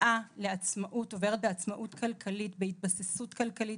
ליציאה לעצמאות עוברת בעצמאות כלכלית ובהתבססות כלכלית.